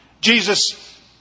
Jesus